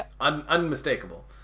unmistakable